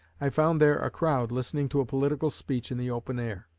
i found there a crowd listening to a political speech in the open air.